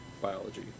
biology